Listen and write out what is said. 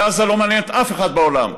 כי עזה לא מעניינת אף אחד בעולם,